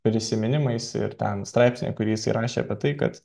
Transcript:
prisiminimais ir ten straipsnyje kurį jisai rašė apie tai kad